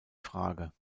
frage